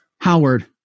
Howard